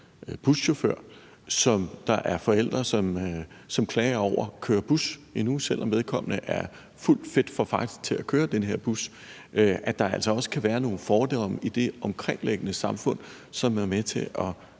buschauffør, som forældre klager over kører bus endnu, selv om vedkommende er fuldt fit for fight til at køre den her bus. Der kan altså også være nogle fordomme i det omkringliggende samfund, som er med til